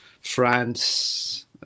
France